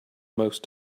most